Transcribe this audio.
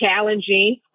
challenging